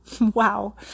Wow